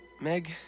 Meg